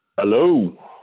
Hello